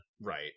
right